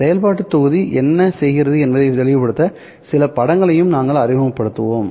செயல்பாட்டுத் தொகுதி என்ன செய்கிறது என்பதை தெளிவுபடுத்த சில படங்களையும் நாங்கள் அறிமுகப்படுத்துவோம்